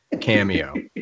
cameo